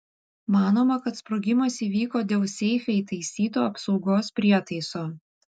manoma kad sprogimas įvyko dėl seife įtaisyto apsaugos prietaiso